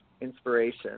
inspiration